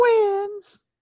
twins